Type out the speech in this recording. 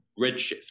redshift